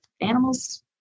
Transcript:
animals